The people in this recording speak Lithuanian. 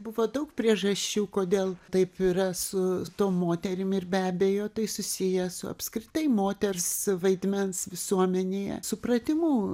buvo daug priežasčių kodėl taip yra su tom moterim ir be abejo tai susiję su apskritai moters vaidmens visuomenėje supratimu